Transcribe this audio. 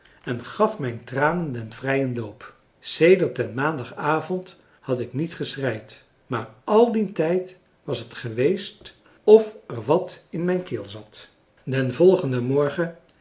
en gaf mijn tranen den vrijen loop sedert den maandagavond had ik niet geschreid maar al dien tijd was het geweest of er wat in mijn keel zat den volgenden morgen